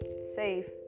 safe